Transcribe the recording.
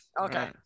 Okay